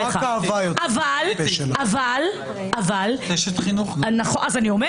בנימין נתניהו אין 61 אבל אני אומר לקופירייטרים,